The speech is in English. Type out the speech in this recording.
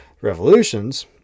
Revolutions